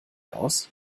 aus